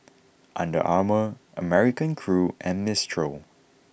Under Armour American Crew and Mistral